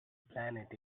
planet